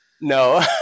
No